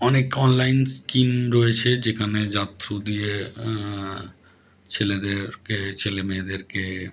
অনেক online scheme রয়েছে যেখানে যার থ্রু দিয়ে ছেলেদেরকে ছেলে মেয়েদেরকে